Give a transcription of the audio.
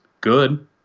good